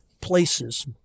places